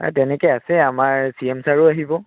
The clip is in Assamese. নাই তেনেকৈ আছে আমাৰ চি এম ছাৰো আহিব